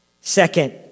second